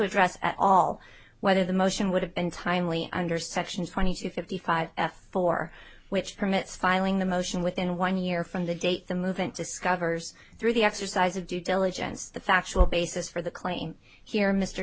address at all whether the motion would have been timely under section twenty two fifty five for which permits filing the motion within one year from the date the movement discovers through the exercise of due diligence the factual basis for the claim here mr